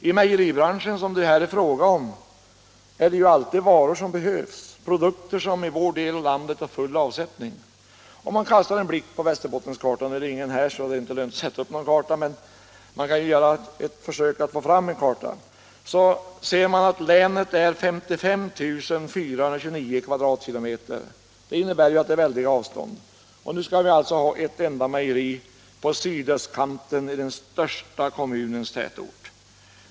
I me jeribranschen, som det här är fråga om, är det ju alltid varor som behövs, Nr 67 produkter som i vår del av landet har full avsättning. Tisdagen den Om man kastar en blick på Västerbottenskartan — nu är det inte så 8 februari 1977 många i kammaren, så det är inte lönt att sätta upp någon karta, men I jag kan göra ett försök att skissera situationen — ser man att länet har Om sysselsättningsen yta på 55 429 km?. Det innebär att det är väldiga avstånd. Nu skall — främjande åtgärder vi alltså ha ett enda mejeri på sydostkanten i den största kommunens = i Robertsfors tätort.